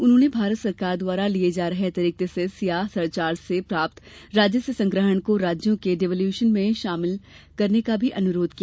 उन्होंने भारत सरकार द्वारा लिए जा रहे अतिरिक्त सेस अथवा सरचार्ज से प्राप्त राजस्व संग्रहण को राज्यों के डिवाल्यूशन में सम्मिलित करने का अनुरोध भी किया